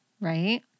Right